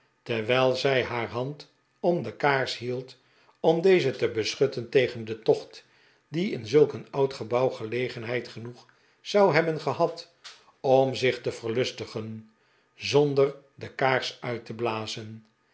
terwijl zij haar hand om de kaars hield om deze te beschutten tegen den tocht die in zulk een oud gebouw gelegenheid genoeg zou hebben gehad om zich te verlustigen zonder de kaaj s uit te blazen